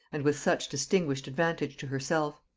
and with such distinguished advantage to herself.